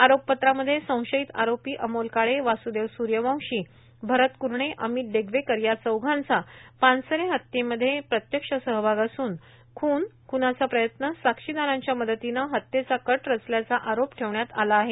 आरोपपत्रामध्ये संशयित आरोपी अमोल काळे वासुदेव सुर्यवंशी भरत करणे अमित डेगवेकर या चौघांचा पानसरे हत्यामध्ये प्रत्यक्ष सहभाग असून खून खूनाचा प्रयत्न साक्षीदारांच्या मदतीनं हत्येचा कट रचल्याचा आरोप ठेवण्यात आला आहे